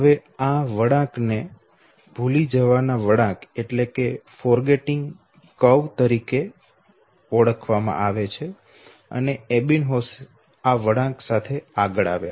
હવે આ વળાંક ને ભૂલી જવાના વળાંક તરીકે ઓળખવામાં આવે છે અને એબિન્હોસ આ વળાંક સાથે આગળ આવ્યા